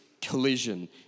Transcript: collision